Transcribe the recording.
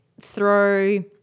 throw